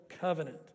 covenant